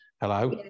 Hello